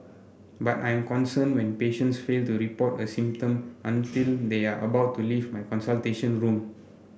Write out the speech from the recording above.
but I am concerned when patients fail to report a symptom until they are about to leave my consultation room